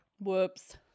whoops